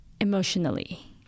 emotionally